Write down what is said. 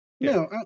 No